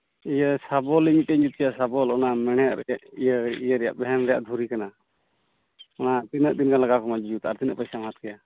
ᱤᱭᱟᱹ ᱥᱟᱵᱚᱞᱤᱧ ᱤᱧ ᱢᱤᱫᱴᱮᱡ ᱡᱩᱛ ᱠᱮᱭᱟ ᱥᱟᱵᱚᱞ ᱚᱱᱟ ᱢᱮᱲᱦᱮᱫ ᱨᱮᱱᱟ ᱤᱭᱟᱹ ᱤᱭᱟᱹ ᱵᱷᱮᱱ ᱨᱮᱭᱟᱜ ᱜᱷᱩᱲᱤ ᱠᱟᱱᱟ ᱚᱱᱟ ᱛᱤᱱᱟᱹᱜ ᱫᱤᱱ ᱞᱟᱜᱟᱜᱼᱟ ᱡᱩᱛ ᱟᱨ ᱛᱤᱱᱟᱹᱜ ᱯᱚᱭᱥᱟᱢ ᱦᱟᱛᱟᱣ ᱠᱮᱭᱟ